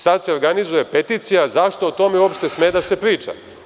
Sada se organizuje peticija zašto o tome uopšte sme da se priča.